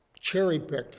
cherry-pick